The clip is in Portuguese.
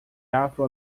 afro